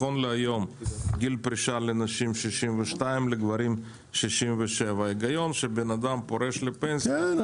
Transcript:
גיל פרישה לנשים הוא 62 ולגברים 67 שכשאדם פורש לפנסיה,